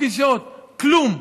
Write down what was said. פגישות וכלום.